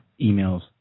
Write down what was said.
emails